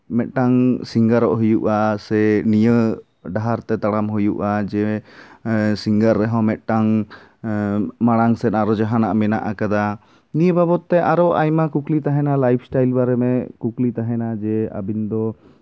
ᱢᱤᱫᱴᱟᱝ ᱥᱤᱝᱜᱟᱨᱚᱜ ᱦᱩᱭᱩᱜᱼᱟ ᱥᱮ ᱱᱤᱭᱟᱹ ᱰᱟᱦᱟᱨ ᱛᱮ ᱛᱟᱲᱟᱢ ᱦᱩᱭᱩᱜᱼᱟ ᱡᱮ ᱥᱤᱝᱜᱟᱨ ᱨᱮᱦᱚᱸ ᱢᱤᱫᱴᱟᱝ ᱢᱟᱲᱟᱝ ᱥᱮᱫ ᱟᱨᱚ ᱡᱟᱦᱟᱱᱟᱜ ᱢᱮᱱᱟᱜ ᱟᱠᱟᱫᱟ ᱱᱤᱭᱟᱹ ᱵᱟᱵᱚᱫ ᱛᱮ ᱟᱨᱚ ᱟᱭᱢᱟ ᱠᱩᱠᱞᱤ ᱛᱟᱦᱮᱱᱟ ᱞᱟᱭᱤᱯᱷ ᱥᱴᱟᱭᱤᱞ ᱵᱟᱨᱮᱛᱮ ᱠᱩᱠᱞᱤ ᱛᱟᱦᱮᱱᱟ ᱡᱮ ᱟᱵᱤᱱ ᱫᱚ